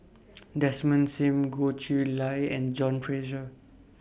Desmond SIM Goh Chiew Lye and John Fraser